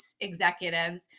executives